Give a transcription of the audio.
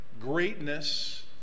greatness